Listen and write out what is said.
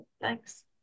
Thanks